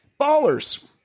Ballers